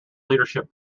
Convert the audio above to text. leadership